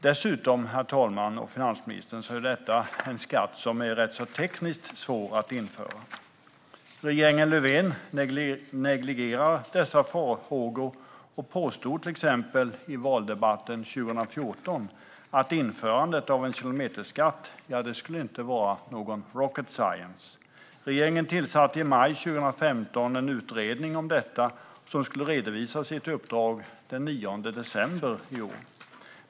Dessutom är detta en skatt som är rätt tekniskt svår att införa. Regeringen Löfven negligerar dessa farhågor och påstod till exempel i valdebatten 2014 att införandet av en kilometerskatt inte skulle vara någon rocket science. Regeringen tillsatte i maj 2015 en utredning om detta som skulle redovisa sitt uppdrag den 9 december i år.